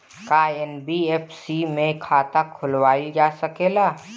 का एन.बी.एफ.सी में खाता खोलवाईल जा सकेला?